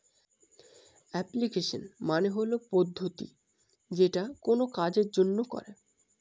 application মানে হল পদ্ধতি যেটা কোনো কাজের জন্য করে